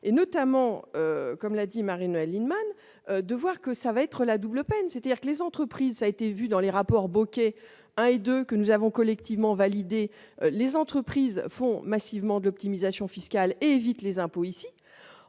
et notamment, comme l'a dit Marie-Noëlle Lienemann, de voir que ça va être la double peine, c'est-à-dire que les entreprises a été vue dans les rapports Bocquet un et 2, que nous avons collectivement validé les entreprises font massivement de l'optimisation fiscale évite les impôts ici